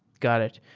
got it.